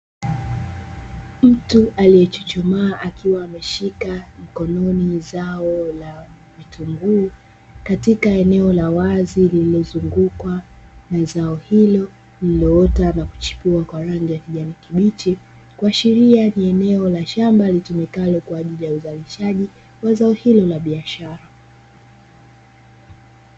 Mtu aliyechuchumaa akiwa ameshika mkononi zao na vitunguu, katika eneo la wazi lililo zungukwa na zao hilo lililoota na kuchipua kwa rangi ya kijani kibichi, kuashiria ni eneo la shamba litumikalo kwa ajili ya uzalishaji wa zao hilo la biashara.